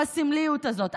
עם הסמליות הזאת,